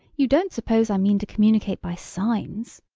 you don't suppose i mean to communicate by signs?